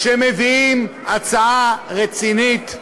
כשמביאים הצעה רצינית,